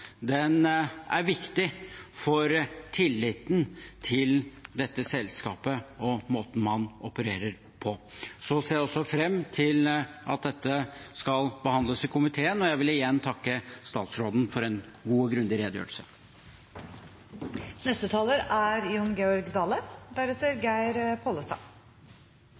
er viktig for tilliten til dette selskapet og måten man opererer på. Jeg ser frem til at dette skal behandles i komiteen, og jeg vil igjen takke statsråden for en god og grundig redegjørelse.